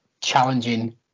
challenging